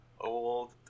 old